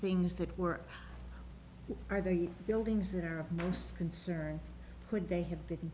things that were are the buildings that are of most concern could they have been